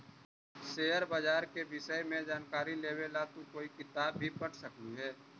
share बाजार के विष्य में जानकारी लेवे ला तू कोई किताब भी पढ़ सकलू हे